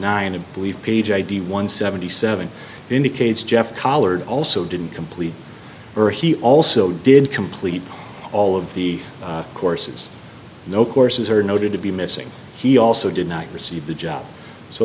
nine it believe page id one seventy seven indicates jeff collard also didn't complete or he also did complete all of the courses no courses are noted to be missing he also did not receive the job so